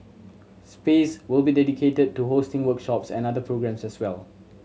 space will be dedicated to hosting workshops and other programmes as well